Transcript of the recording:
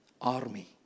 Army